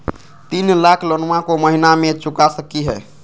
तीन लाख लोनमा को महीना मे चुका सकी हय?